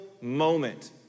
moment